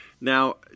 Now